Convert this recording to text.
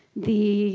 the